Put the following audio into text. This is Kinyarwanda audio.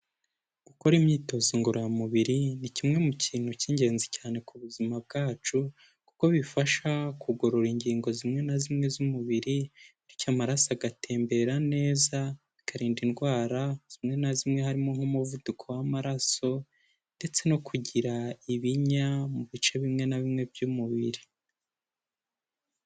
Gukora imyitozo ngororamubiri, ni kimwe mu kintu cy'ingenzi cyane ku buzima bwacu, kuko bifasha kugorora ingingo zimwe na zimwe z'umubiri, bityo amaraso agatembera neza, bikarinda indwara, zimwe na zimwe harimo nk'umuvuduko w'amaraso, ndetse no kugira ibinya mu bice bimwe na bimwe by'umubiri.